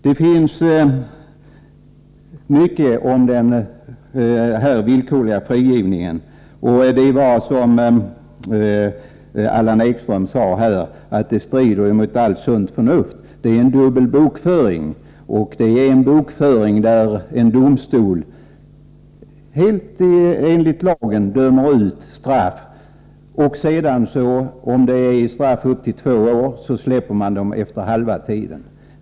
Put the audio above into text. Det har sagts mycket om den villkorliga frigivningen, och som Allan Ekström sade strider den mot allt sunt förnuft. Det är en dubbel bokföring, där en domstol helt enligt lagen dömer ut straff men där sedan de dömda, om det gäller ett straff på upp till två år, släpps efter halva tiden.